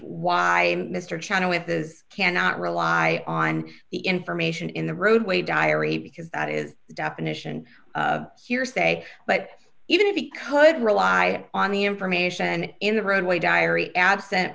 why mr china with is cannot rely on the information in the roadway diary because that is the definition here say but even if he could rely on the information in the roadway diary abse